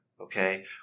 okay